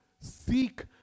seek